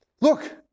Look